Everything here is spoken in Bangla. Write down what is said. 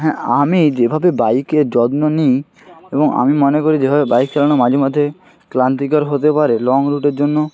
হ্যাঁ আমি যেভাবে বাইকের যত্ন নিই এবং আমি মনে করি যেভাবে বাইক চালানো মাঝে মাঝে ক্লান্তিকর হতে পারে লং রুটের জন্য